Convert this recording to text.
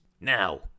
Now